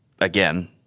again